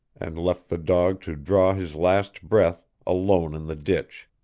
and left the dog to draw his last breath alone in the ditch,